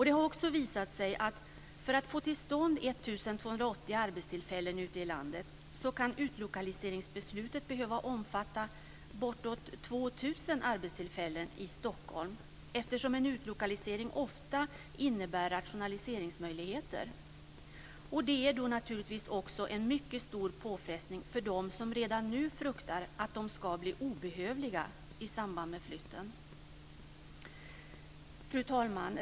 Det har också visat sig att för att få till stånd 1 280 arbetstillfällen ute i landet kan utlokaliseringsbeslutet behöva omfatta bortåt 2 000 arbetstillfällen i Stockholm, eftersom en utlokalisering ofta innebär rationaliseringsmöjligheter. Det är naturligtvis också en mycket stor påfrestning för dem som redan nu fruktar att de ska bli obehövliga i samband med flytten. Fru talman!